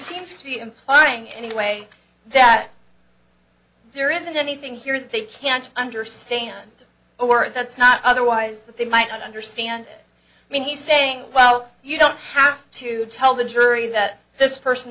seems to be implying anyway that there isn't anything here that they can't understand or that's not otherwise that they might not understand i mean he's saying well you don't have to tell the jury that this person